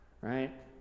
Right